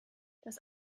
das